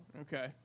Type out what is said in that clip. okay